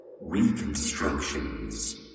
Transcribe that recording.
reconstructions